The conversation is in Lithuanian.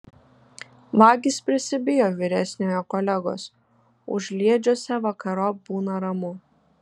vagys prisibijo vyresniojo kolegos užliedžiuose vakarop būna ramu